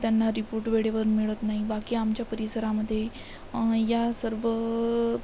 त्यांना रिपोर्ट वेळेवर मिळत नाही बाकी आमच्या परिसरामध्ये या सर्व